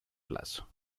plazo